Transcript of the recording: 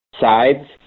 sides